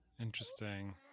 interesting